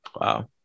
Wow